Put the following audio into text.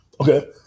Okay